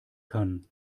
kann